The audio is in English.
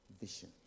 vision